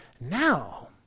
Now